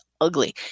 ugly